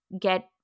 get